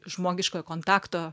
žmogiškojo kontakto